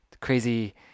crazy